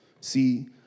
See